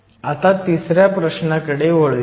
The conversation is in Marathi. आता तिसऱ्या प्रश्नाकडे वळूयात